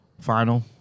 final